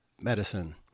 medicine